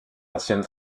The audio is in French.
ancienne